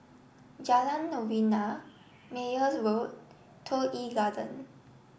Jalan Novena Meyer Road Toh Yi Garden